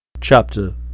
Chapter